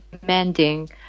demanding